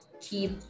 keep